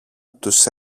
τους